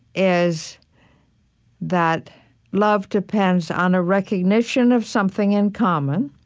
is that love depends on a recognition of something in common